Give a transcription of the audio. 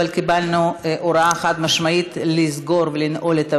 אבל קיבלנו הוראה חד-משמעית לסגור ולנעול את המליאה.